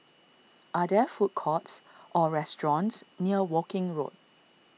are there food courts or restaurants near Woking Road